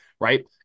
right